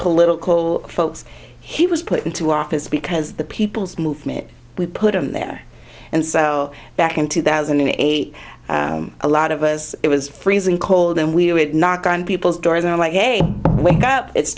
political folks he was put into office because the people's movement we put him there and so back in two thousand and eight a lot of us it was freezing cold and we would knock on people's doors on a wake up it's